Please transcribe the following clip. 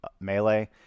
Melee